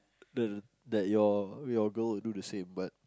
the that your your girl would do the same but